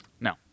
No